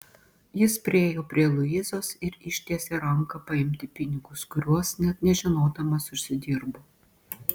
jis priėjo prie luizos ir ištiesė ranką paimti pinigus kuriuos net nežinodamas užsidirbo